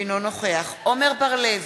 אינו נוכח עמר בר-לב,